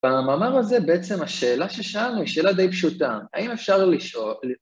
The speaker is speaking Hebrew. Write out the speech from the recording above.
במאמר הזה בעצם השאלה ששאלנו היא שאלה די פשוטה, האם אפשר לשאול...